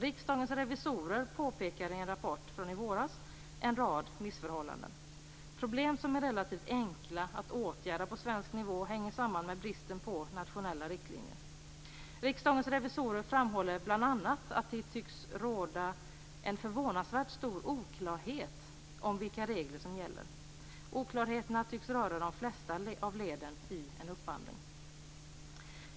Riksdagens revisorer påpekar i en rapport från i våras på en rad missförhållanden. Problem som är relativt enkla att åtgärda på svensk nivå hänger samman med bristen på nationella riktlinjer. Riksdagens revisorer framhåller bl.a. att det tycks råda en förvånansvärt stor oklarhet om vilka regler som gäller. Oklarheterna rör de flesta leden i en upphandling.